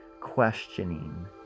questioning